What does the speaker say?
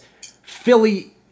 Philly